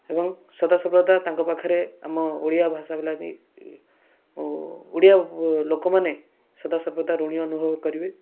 ଏବଂ ସଦାସର୍ବଦା ତାଙ୍କ ପାଖରେ ଆମ ଓଡ଼ିଆ ଭାଷାର ଲାଗି ଓଡ଼ିଆ ଲୋକମାନେ ସଦାସର୍ବଦା ଋଣୀ ଅନୁଭବ କରିବେ